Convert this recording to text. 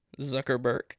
Zuckerberg